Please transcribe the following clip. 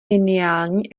geniální